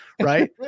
right